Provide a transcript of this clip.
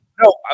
No